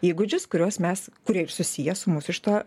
įgūdžius kuriuos mes kurie ir susiję su mūsų šita